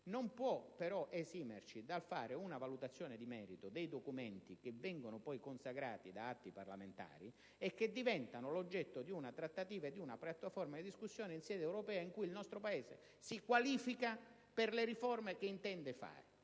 di merito dei documenti. Si tratta infatti di documenti che vengono poi consacrati da atti parlamentari e che diventano l'oggetto di una trattativa e di una piattaforma di discussione in sede europea, in cui il nostro Paese si qualifica per le riforme che intende attuare.